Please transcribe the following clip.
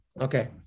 Okay